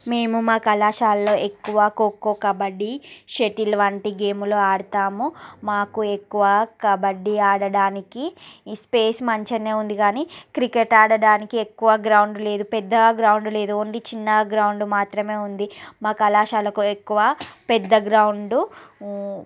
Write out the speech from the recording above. మేము మా కళాశాలలో ఎక్కువ ఖోఖో కబడ్డీ షటిల్ వంటి గేములు ఆడుతాము మాకు ఎక్కువ కబడ్డీ ఆడటానికి స్పేస్ మంచిగా ఉంది కానీ క్రికెట్ ఆడడానికి ఎక్కువ గ్రాండ్ లేదు పెద్ద గ్రౌండ్ లేదు ఓన్లీ చిన్న గ్రౌండ్ మాత్రమే ఉంది మా కళాశాలకు ఎక్కువ పెద్ద గ్రౌండు